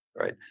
right